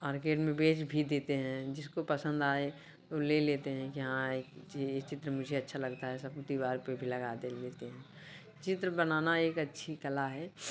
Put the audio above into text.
market में भेज भी देते हैं जिसको पसंद आए तो ले लेते हैं कि हाँ एक चित्र मुझे अच्छा लगता है सब कोई दीवार पे भी लगा देते हैं चित्र बनाना एक अच्छी कला है